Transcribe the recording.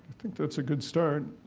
think that's a good start.